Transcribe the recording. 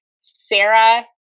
Sarah